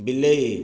ବିଲେଇ